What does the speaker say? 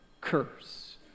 curse